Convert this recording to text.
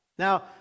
Now